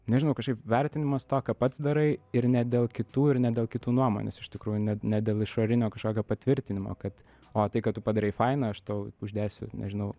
nežinau kažkaip vertinimas to ką pats darai ir ne dėl kitų ir ne dėl kitų nuomonės iš tikrųjų net ne dėl išorinio kažkokio patvirtinimo kad o tai ką tu padarei faina aš tau uždėsiu nežinau